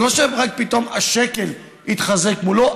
זה לא שרק פתאום השקל התחזק מולו,